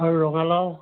আৰু ৰঙালাউ